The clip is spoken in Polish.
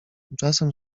tymczasem